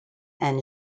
and